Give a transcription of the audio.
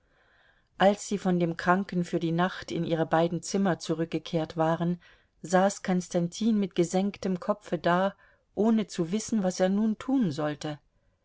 als sie von dem kranken für die nacht in ihre beiden zimmer zurückgekehrt waren saß konstantin mit gesenktem kopfe da ohne zu wissen was er nun tun sollte